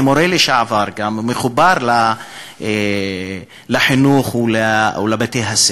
כמורה לשעבר אני גם מחובר לחינוך ולבתי-הספר,